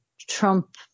Trump